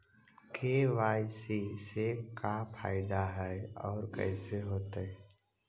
KYC से का फायदा है और कैसे होतै?